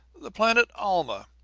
the planet alma.